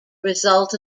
result